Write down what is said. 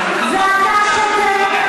אתה שותק.